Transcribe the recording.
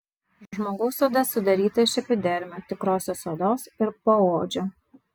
žmogaus oda sudaryta iš epidermio tikrosios odos ir poodžio